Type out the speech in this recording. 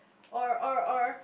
or or or